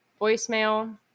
voicemail